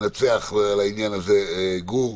המנצח על העניין הזה, גור,